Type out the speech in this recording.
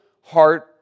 heart